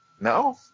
no